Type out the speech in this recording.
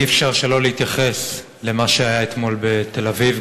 אי-אפשר שלא להתייחס למה שהיה אתמול בתל-אביב.